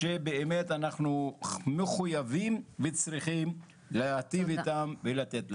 שבאמת אנחנו מחוייבים וצריכים להיטיב איתם ולתת להם.